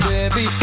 Baby